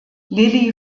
lily